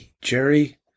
Jerry